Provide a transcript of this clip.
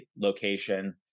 location